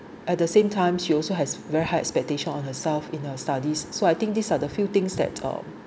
at the same time she also has very high expectation on herself in her studies so I think these are the few things that uh